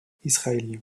israéliens